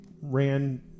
ran